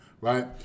right